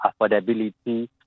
affordability